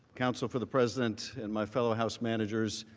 counsel for the president and my fellow house miniatures,